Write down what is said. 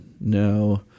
No